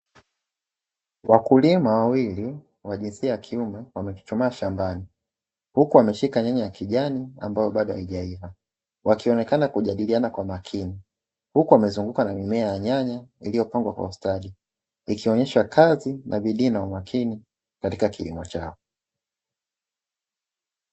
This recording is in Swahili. Wakulima wawili wa jinsia ya kiume wamechuchumaa shambani, huku ameshika nyanya ya kijani ambayo bado haijaiva , wakionekana kujadiliana kwa makini, huku wamezungukwa na mimea ya nyanya iliyopangwa kwa ustadi, ikionyesha kazi na bidii na umakini katika kilimo chao.